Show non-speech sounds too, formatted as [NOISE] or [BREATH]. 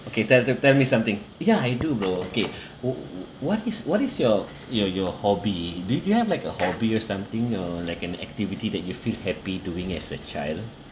okay tell the tell me something ya I do bro okay [BREATH] uh wh~ what is what is your your your hobby do you do you have like a hobby or something or like an activity that you feel happy doing as a child